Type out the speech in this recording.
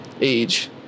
Age